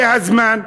זה הזמן.